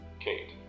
Kate